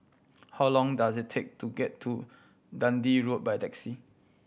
how long does it take to get to Dundee Road by taxi